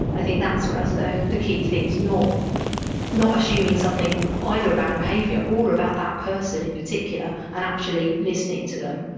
i think that's one of the the key things, not assuming something either about a behaviour or about that person in particular, and actually listening to them.